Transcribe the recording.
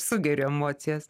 sugeriu emocijas